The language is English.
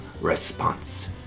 response